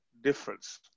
difference